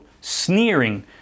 Sneering